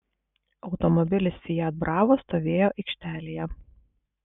automobilis fiat bravo stovėjo aikštelėje